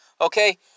Okay